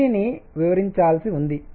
దీనిని వివరించాల్సి ఉంది